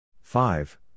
five